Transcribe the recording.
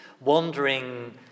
wandering